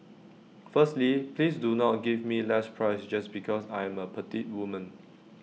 firstly please do not give me less price just because I am A petite woman